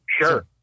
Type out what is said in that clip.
Sure